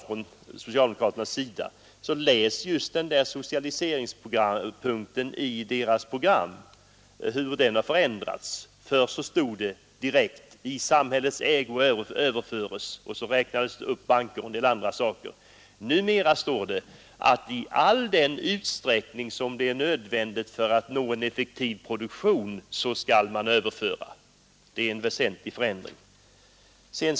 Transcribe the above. Men observera då hur socialiseringspunkten i partiets program har förändrats! Förr stod det direkt: ”I samhällets ägo överföres”, och så räknade man upp banker och en del andra saker. Numera står det att ”i all den utsträckning som det är nödvändigt för att nå en effektiv produktion” skall man överföra osv. Det är en väsentlig förändring.